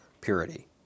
purity